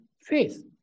faith